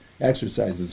exercises